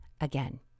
again